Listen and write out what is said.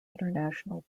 international